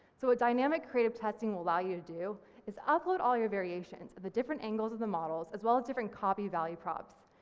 so what dynamic creative testing will allow you to do is upload all your variations of the different angles of the models as well as different copy value props,